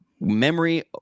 memory